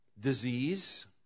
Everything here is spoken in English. disease